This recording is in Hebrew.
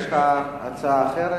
יש לך הצעה אחרת?